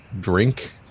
drink